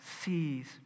sees